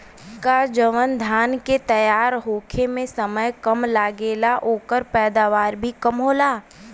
का जवन धान के तैयार होखे में समय कम लागेला ओकर पैदवार भी कम होला?